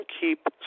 keep